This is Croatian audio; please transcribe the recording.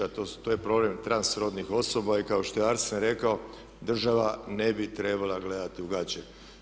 To je problem trans rodnih osoba i kao što je Arsen rekao država ne bi trebala gledati u gaće.